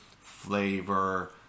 flavor